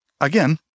again